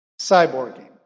Cyborging